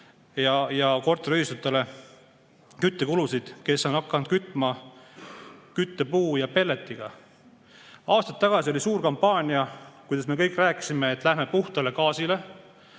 ja korteriühistutele küttekulusid, kes on hakanud kütma küttepuu ja pelletiga. Aastaid tagasi oli suur kampaania, kui me kõik rääkisime, et läheme puhtale gaasile,